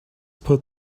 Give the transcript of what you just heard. put